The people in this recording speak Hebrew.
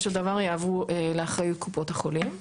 של דבר יעברו לאחריות קופות החולים.